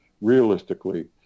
realistically